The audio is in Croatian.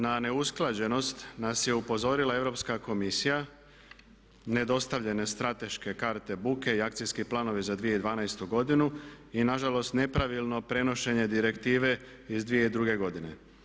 Na neusklađenost nas je upozorila Europska komisija nedostavljene strateške karte buke i akcijski planovi za 2012. godinu i nažalost nepravilno prenošenje direktive iz 2002. godine.